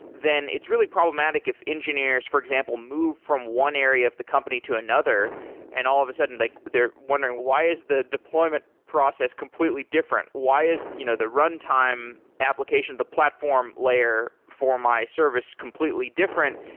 then it's problematic if engineers, for example, move from one area of the company to another and all of a sudden like they're wondering why is the deployment process completely different. why is you know the runtime application, the platform layer for my service completely different?